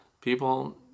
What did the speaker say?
people